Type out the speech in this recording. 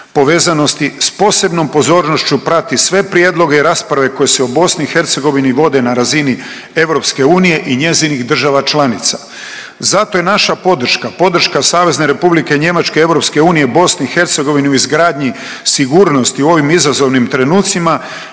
povezanosti s posebnom pozornošću prati sve prijedloge i rasprave koje se o Bosni i Hercegovini vode na razini Europske unije i njezinih država članica. Zato je naša podrška, podrška Savezne Republike Njemačke, Europske unije Bosni i Hercegovini u izgradnji sigurnosti u ovim izazovnim trenucima